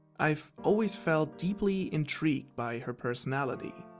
i've always felt deeply intrigued by her personality.